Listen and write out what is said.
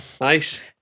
Nice